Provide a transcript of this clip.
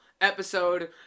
episode